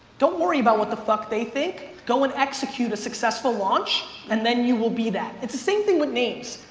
don't worry about what the fuck they think. go and execute a successful launch and then you will be that. it's the same thing with names.